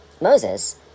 Moses